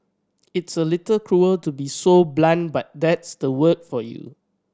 it's a little cruel to be so blunt but that's the world for you